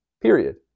Period